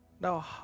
now